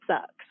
sucks